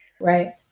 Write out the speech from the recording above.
Right